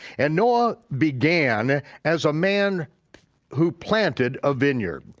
and noah began as a man who planted a vineyard.